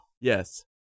Yes